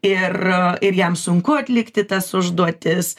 ir ir jam sunku atlikti tas užduotis